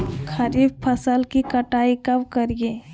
खरीफ फसल की कटाई कब करिये?